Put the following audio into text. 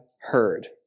heard